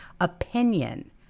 opinion